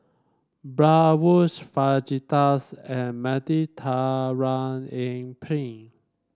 Bratwurst Fajitas and Penne